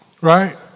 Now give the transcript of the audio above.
Right